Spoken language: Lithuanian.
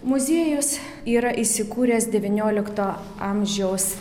muziejus yra įsikūręs devyniolikto amžiaus